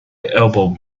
elbowed